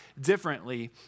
differently